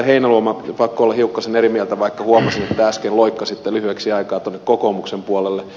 heinäluoma pakko olla hiukkasen eri mieltä vaikka huomasin että äsken loikkasitte lyhyeksi aikaa tuonne kokoomuksen puolelle